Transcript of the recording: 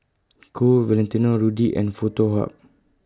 Qoo Valentino Rudy and Foto Hub